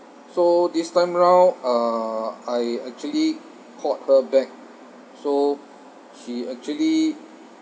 so this time round uh I actually called her back so she actually